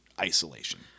isolation